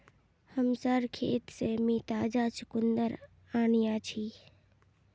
हमसार खेत से मी ताजा चुकंदर अन्याछि